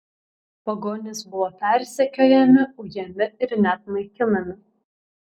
pagonys buvo persekiojami ujami ir net naikinami